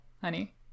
honey